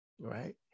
right